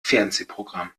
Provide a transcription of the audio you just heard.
fernsehprogramm